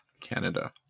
Canada